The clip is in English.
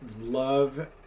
love